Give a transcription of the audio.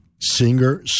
singer